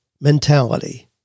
mentality